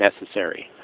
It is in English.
necessary